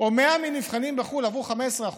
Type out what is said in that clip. או 100 מהנבחנים בחו"ל עברו, 15%,